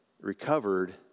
recovered